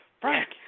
Frank